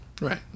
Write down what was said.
right